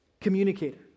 communicator